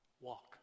walk